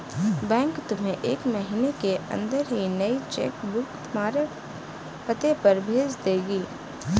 bank तुम्हें एक महीने के अंदर ही नई चेक बुक तुम्हारे पते पर भेज देगी